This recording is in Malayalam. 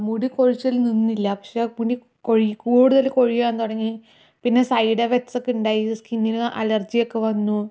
മുടി കൊഴിച്ചിൽ നിന്നില്ല പക്ഷെ മുടി കൊഴി കൂടുതൽ കൊഴിയാൻ തുടങ്ങി പിന്നെ സൈഡ് എഫക്ടസൊക്കെ ഉണ്ടായി സ്കിന്നിന് അലർജി ഒക്കെ വന്നു